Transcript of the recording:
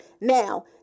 Now